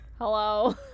Hello